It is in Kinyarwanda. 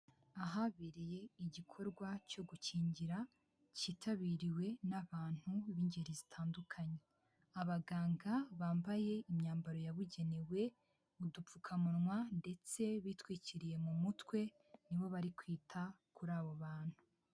Ahabereye igikorwa cyo gukingira cyitabiriwe n'abantu b'ingeri zitandukanye, abaganga bambaye imyambaro yabugenewe, udupfukamunwa ndetse bitwikiriye mu mutwe nibo bari kwita kuri abo bantu.